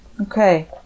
Okay